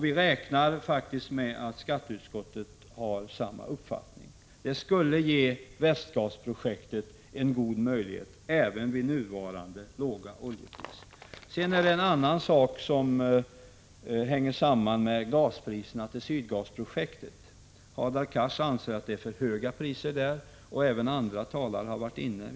Vi räknar faktiskt med att skatteutskottet har samma uppfattning. Detta skulle Prot. 1985/86:124 ge Västgasprojektet en god möjlighet även vid nuvarande låga oljepris. Det finns en sak som hänger samman med gaspriserna i Sydgasprojektet. Hadar Cars anser att det är för höga priser därvidlag, och även andra talare har varit inne på detta.